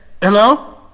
Hello